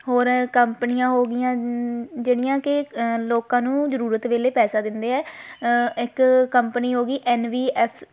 ਹੋਰ ਕੰਪਨੀਆਂ ਹੋ ਗਈਆਂ ਜਿਹੜੀਆਂ ਕਿ ਲੋਕਾਂ ਨੂੰ ਜ਼ਰੂਰਤ ਵੇਲੇ ਪੈਸਾ ਦਿੰਦੇ ਹੈ ਇੱਕ ਕੰਪਨੀ ਹੋ ਗਈ ਐੱਨ ਵੀ ਐੱਸ